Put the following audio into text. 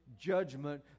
judgment